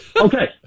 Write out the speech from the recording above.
Okay